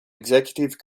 executive